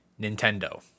Nintendo